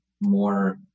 more